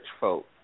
folk